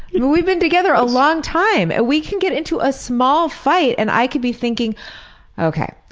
you know we've been together a long time and we can get into a small fight and i could be thinking ok,